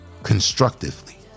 constructively